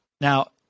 now